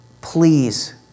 please